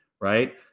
right